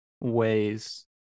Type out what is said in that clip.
ways